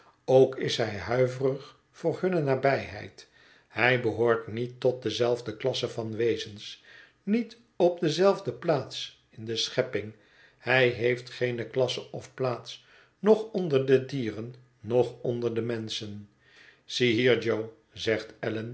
ook is hij huiverig voor hunne nabijheid hij behoort niet tot dezelfde klasse van wezens niet op dezelfde plaats in de schepping hij heeft geene klasse of plaats noch onder de dieren noch onder de menschen zie hier jol zegt